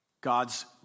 God's